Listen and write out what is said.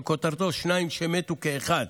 שכותרתו "שניים שמתו כאחד",